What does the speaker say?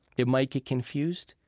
it might get confused.